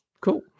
Cool